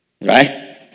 right